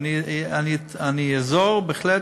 ואני אעזור בהחלט,